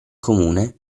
comune